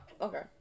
okay